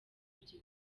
byo